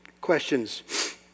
Questions